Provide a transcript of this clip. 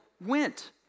went